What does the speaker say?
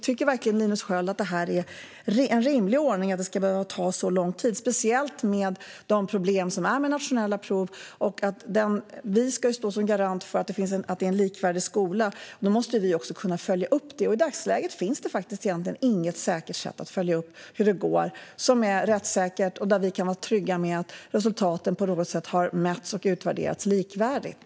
Tycker verkligen Linus Sköld att det är en rimlig ordning att det ska behöva ta så lång tid, speciellt med de problem som finns med nationella prov? Vi ska ju stå som garant för en likvärdig skola, och då måste vi kunna följa upp det. I dagsläget finns det faktiskt inget sätt att följa upp hur det går som är rättssäkert och där vi kan vara trygga med att resultaten har mätts och utvärderats likvärdigt.